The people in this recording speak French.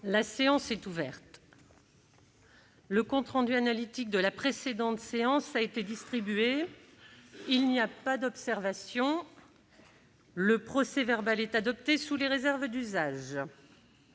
La séance est ouverte. Le compte rendu analytique de la précédente séance a été distribué. Il n'y a pas d'observation ?... Le procès-verbal est adopté sous les réserves d'usage.